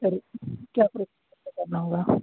sir क्या procedure करना होगा